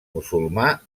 musulmà